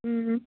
ꯎꯝ